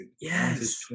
yes